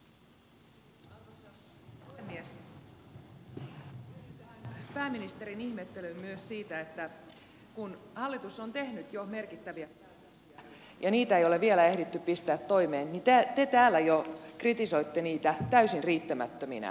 yhdyn tähän pääministerin ihmettelyyn myös siitä että kun hallitus on tehnyt jo merkittäviä päätöksiä ja niitä ei ole vielä ehditty pistää toimeen niin te täällä jo kritisoitte niitä täysin riittämättöminä